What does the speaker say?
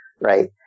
Right